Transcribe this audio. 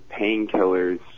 painkillers